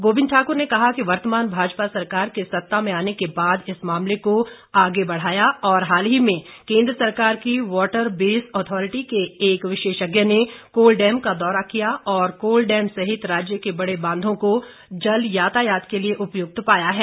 गोविंद ठाक्र ने कहा कि वर्तमान भाजपा सरकार के सत्ता में आने के बाद इस मामले को आगे बढ़ाया और हाल ही में केन्द्र सरकार की वॉटर बेस अथॉरिटी के एक विशेषज्ञ ने कोलडैम का दौरा किया और कोलडैम सहित राज्य के बड़े बांधों को जल यातायात के लिए उपयुक्त पाया है